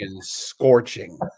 scorching